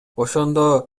ошондо